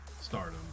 stardom